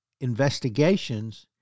investigations